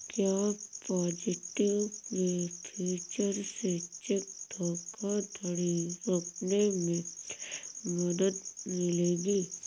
क्या positive pay feature से cheque धोखाधड़ी रोकने में मदद मिलेगी?